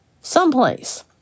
someplace